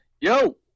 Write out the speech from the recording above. Yo